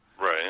Right